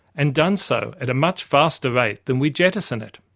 and done so at a much faster rate than we jettison it.